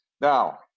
Now